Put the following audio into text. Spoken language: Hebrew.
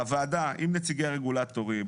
הוועדה, אם נציגי הרגולטורים,